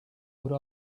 would